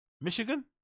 Michigan